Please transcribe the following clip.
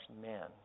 men